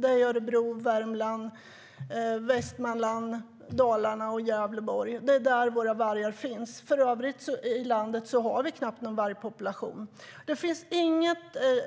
Det är i Örebro, Värmland, Västmanland, Dalarna och Gävleborg. I övriga landet finns det knappt någon vargpopulation. Det finns inget